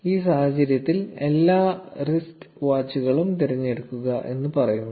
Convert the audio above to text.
ഈ സാഹചര്യത്തിൽ എല്ലാ റിസ്റ്റ് വാച്ചുകളും തിരഞ്ഞെടുക്കുക എന്ന് പറയുന്നു